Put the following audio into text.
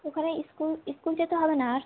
ওখানে school school যেতে হবে না আর